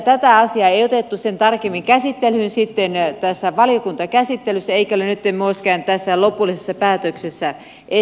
tätä asiaa ei otettu sen tarkemmin käsittelyyn valiokuntakäsittelyssä eikä se ole nytten myöskään tässä lopullisessa päätöksessä esillä